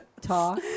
Talk